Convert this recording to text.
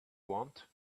want